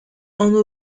anv